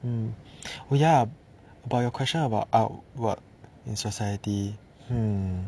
hmm oh ya about your question about artwork in society hmm